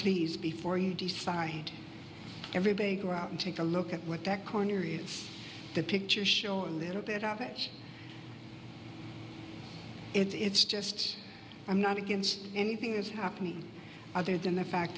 please before you decide everybody go out and take a look at what that corner is the pictures show a little bit of it it's just i'm not against anything is happening other than the fact